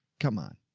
come on.